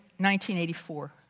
1984